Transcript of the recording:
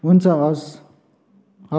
हुन्छ हवस्